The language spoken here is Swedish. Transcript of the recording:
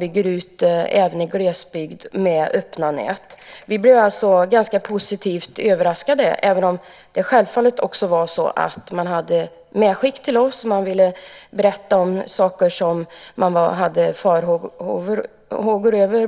bygga ut även i glesbygd med öppna nät. Vi blev alltså ganska positivt överraskade även om det självfallet också var så att man hade medskick till oss. Man ville berätta om saker som man hade farhågor om.